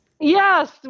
Yes